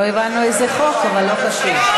לא הבנו איזה חוק, אבל לא חשוב.